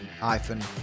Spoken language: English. iPhone